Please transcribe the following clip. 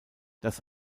das